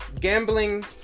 gambling